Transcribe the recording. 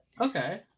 okay